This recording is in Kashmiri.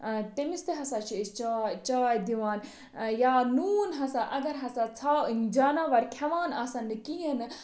آ تٔمِس تہِ ہَسا چھِ أسۍ چاے چاے دِوان یا نوٗن ہَسا اَگَر ہَسا ژھاو جاناوار کھٮ۪وان آسان نہٕ کِہیٖنٛۍ نہٕ